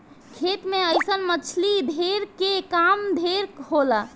खेत मे अइसन मछली धरे के काम ढेर होला